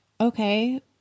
okay